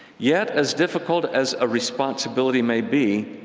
yet, as difficult as a responsibility may be,